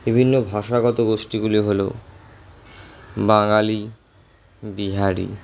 বিভিন্ন ভাষাগত গোষ্ঠীগুলি হল বাঙালি বিহারি